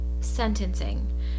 sentencing